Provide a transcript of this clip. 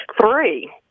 Three